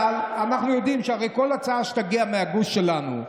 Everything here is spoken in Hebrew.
אבל אנחנו יודעים שהרי כל הצעה שתגיע מהגוש שלנו,